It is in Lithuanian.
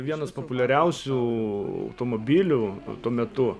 vienas populiariausių automobilių tuo metu